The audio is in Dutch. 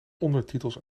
ondertitels